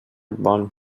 bon